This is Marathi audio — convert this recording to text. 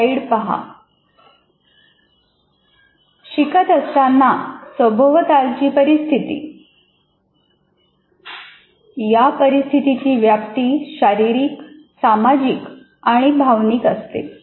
शिकत असताना सभोवतालची परिस्थिती या परिस्थितीची व्याप्ती शारीरिक सामाजिक आणि भावनिक असते